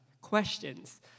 questions